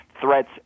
threats